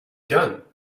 done